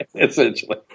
essentially